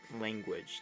language